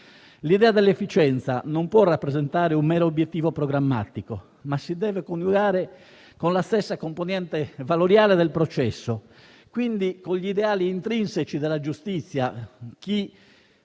L'idea dell'efficienza non può rappresentare un mero obiettivo programmatico, ma si deve coniugare con la stessa componente valoriale del processo, quindi con gli ideali intrinseci della giustizia. Gli